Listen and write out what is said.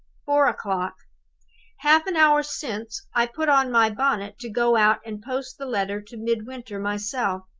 four o'clock half an hour since, i put on my bonnet to go out and post the letter to midwinter myself.